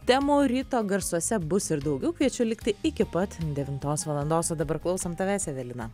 temų ryto garsuose bus ir daugiau kviečiu likti iki pat devintos valandos o dabar klausom tavęs evelina